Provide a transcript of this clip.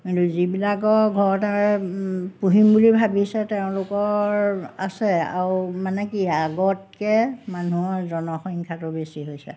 কিন্তু যিবিলাকৰ ঘৰতে পুহিম বুলি ভাবিছে তেওঁলোকৰ আছে আৰু মানে কি আগতকৈ মানুহৰ জনসংখ্যাটো বেছি হৈছে